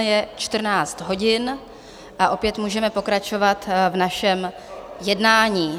Je 14 hodin a opět můžeme pokračovat v našem jednání.